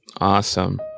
awesome